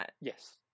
Yes